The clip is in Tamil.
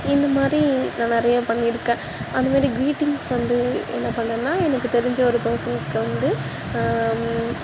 இந்த மாதிரி நான் நிறைய பண்ணியிருக்கேன் அது மாதிரி க்ரீட்டிங்ஸ் வந்து என்ன பண்ணேன்னா எனக்கு தெரிஞ்ச ஒரு பேர்சனுக்கு வந்து